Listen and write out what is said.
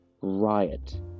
riot